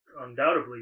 undoubtedly